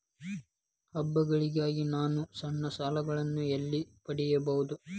ಹಬ್ಬಗಳಿಗಾಗಿ ನಾನು ಸಣ್ಣ ಸಾಲಗಳನ್ನು ಎಲ್ಲಿ ಪಡೆಯಬಹುದು?